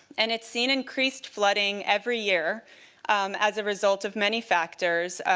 and it's seen increased flooding every year as a result of many factors,